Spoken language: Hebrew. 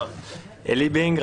אני עלי בינג,